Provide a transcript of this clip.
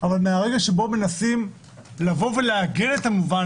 אבל מהרגע שבו מנסים לבוא ולעגן את המובן